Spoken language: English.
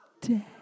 dead